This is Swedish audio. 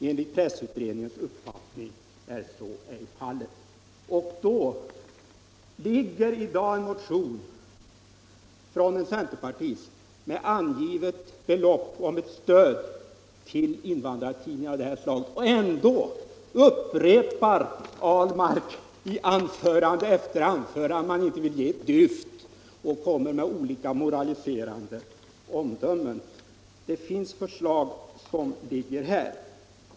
Enligt pressutredningens uppfattning är så ej fallet.” Nu ligger det en centerpartimotion med belopp angivet för stöd till invandrartidningar av det här slaget — och ändå upprepar herr Ahlmark i anförande efter anförande med olika moraliserande omdömen att man inte vill ge ett dyft.